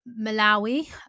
Malawi